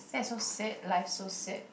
that's so sad life's so sad